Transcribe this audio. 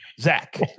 Zach